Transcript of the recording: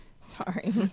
Sorry